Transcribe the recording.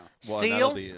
Steel